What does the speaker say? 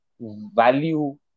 value